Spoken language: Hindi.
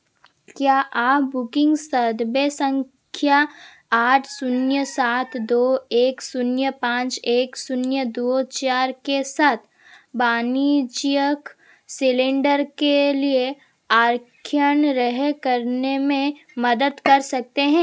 क्या आप बुकिंग संदर्भ संख्या आठ शून्य सात दो एक शून्य पाँच एक शून्य दो चार के साथ वाणिज्यिक सिलेंडर के लिए आरक्षण रहित करने में मदद कर सकते हैं